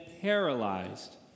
paralyzed